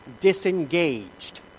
disengaged